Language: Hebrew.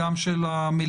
גם של המליאה.